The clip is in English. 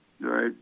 Right